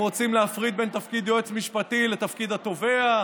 אם רוצים להפריד בין תפקיד יועץ משפטי לבין תפקיד התובע,